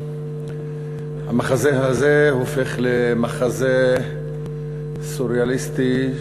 המחזה הזה הופך למחזה סוריאליסטי,